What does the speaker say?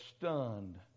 stunned